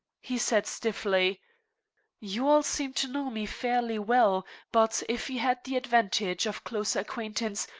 he said stiffly you all seem to know me fairly well but if you had the advantage of closer acquaintance,